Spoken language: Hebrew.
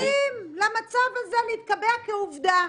--- והמצב הזה מתקבע כעובדה.